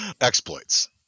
Exploits